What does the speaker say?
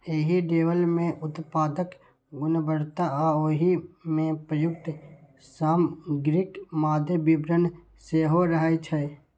एहि लेबल मे उत्पादक गुणवत्ता आ ओइ मे प्रयुक्त सामग्रीक मादे विवरण सेहो रहै छै